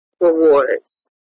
rewards